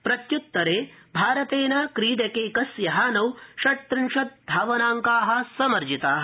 प्रत्युत्तरे भारतेन क्रीडकेकस्य हानौ षट्त्रिंशत् धावनाङ्का समर्जिता